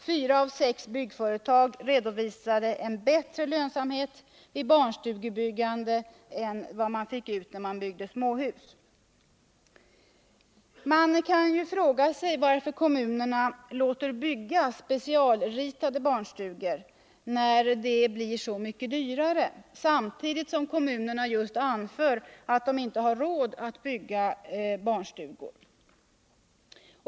Fyra av sex byggföretag redovisade en bättre lönsamhet vid barnstugebyggande än vad man fick ut vid småhusproduktion. Man kan ju fråga sig varför kommunerna låter bygga specialritade barnstugor, när det är så mycket dyrare, samtidigt som kommunerna just anför att de inte har råd att bygga barnstugor.